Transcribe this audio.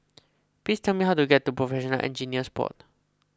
please tell me how to get to Professional Engineers Board